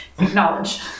knowledge